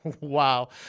wow